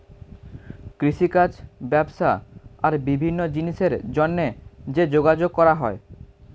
কৃষিকাজ, ব্যবসা আর বিভিন্ন জিনিসের জন্যে যে যোগাযোগ করা হয়